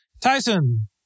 tyson